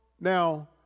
now